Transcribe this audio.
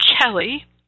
Kelly